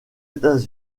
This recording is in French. états